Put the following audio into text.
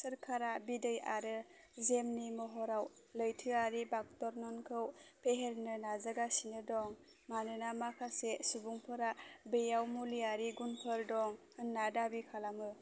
सोरकारा बिदै आरो जेमनि महराव लैथोआरि बाक्थ'र्नखौ फेहेरनो नाजागासिनो दं मानोना माखासे सुबुंफोरा बेयाव मुलियारि गुनफोर दं होन्ना दाबि खालामो